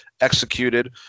executed